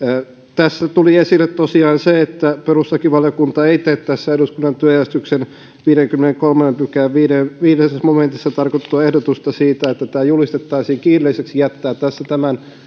tässä tuli esille tosiaan se että perustuslakivaliokunta ei tee tässä eduskunnan työjärjestyksen viidennenkymmenennenkolmannen pykälän viidennessä momentissa tarkoitettua ehdotusta siitä että tämä julistettaisiin kiireelliseksi se jättää tämän